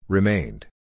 Remained